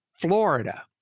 Florida